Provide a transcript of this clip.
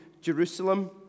Jerusalem